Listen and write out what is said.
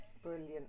Brilliant